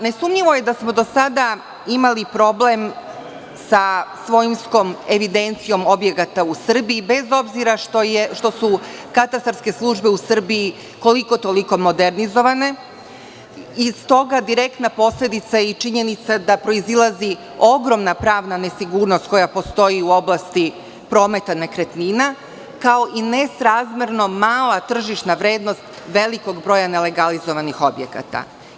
Nesumnjivo je da smo do sada imali problem sa svojinskom evidencijom objekata u Srbiji, bez obzira što su katastarske službe u Srbiji koliko – toliko modernizovane i stoga direktna posledica i činjenica da proizilazi ogromna pravna nesigurnost koja postoji u oblasti prometa nekretnina, kao i nesrazmerno mala tržišna vrednost velikog broja nelegalizovanih objekata.